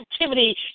activity